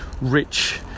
rich